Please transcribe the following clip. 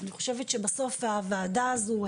אני חושבת שבסוף הוועדה הזו,